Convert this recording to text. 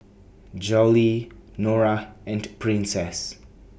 Jolie Norah and Princess